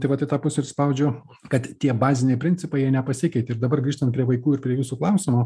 tai vat į tą pusę ir spaudžiu kad tie baziniai principai jie nepasikeitė ir dabar grįžtant prie vaikų ir prie jūsų klausimo